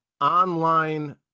online